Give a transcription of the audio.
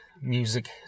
music